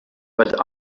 but